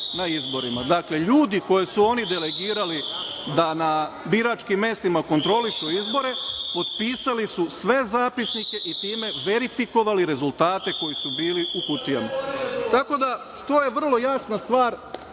na izborima. Dakle, ljudi koje su oni delegirali da na biračkim mestima kontrolišu izbore potpisali su sve zapisnike i time verifikovali rezultate koji su bili u kutijama. Tako da, to je vrlo jasna stvar